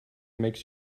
makes